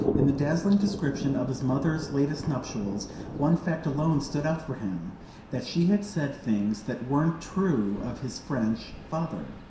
in the dazzling description of his mother's latest nuptials one fact alone stood out for him that she had said things that weren't true of his french father.